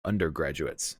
undergraduates